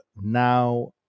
now